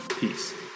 peace